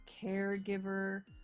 caregiver